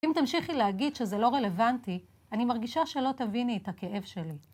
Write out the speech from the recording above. אם תמשיכי להגיד שזה לא רלוונטי, אני מרגישה שלא תביני את הכאב שלי.